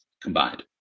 combined